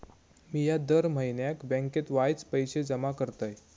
मिया दर म्हयन्याक बँकेत वायच पैशे जमा करतय